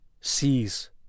sees